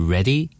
Ready